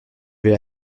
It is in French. vais